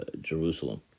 Jerusalem